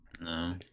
No